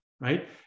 right